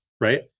right